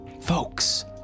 Folks